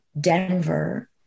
Denver